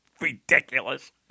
ridiculous